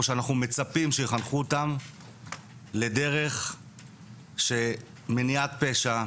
או שאנחנו מצפים שיחנכו אותם לדרך של מניעת פשע,